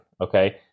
okay